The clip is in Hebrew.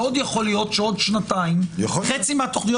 מאוד יכול להיות שעוד שנתיים חצי מהתוכניות